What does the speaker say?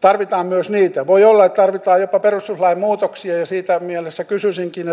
tarvitaan myös niitä voi olla että tarvitaan jopa perustuslain muutoksia ja siinä mielessä kysyisinkin